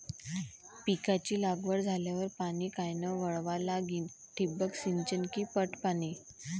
पिकाची लागवड झाल्यावर पाणी कायनं वळवा लागीन? ठिबक सिंचन की पट पाणी?